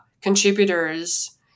contributors